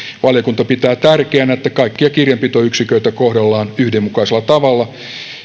valiokunta pitää tärkeänä että kaikkia kirjanpitoyksiköitä kohdellaan yhdenmukaisella tavalla